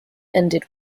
ended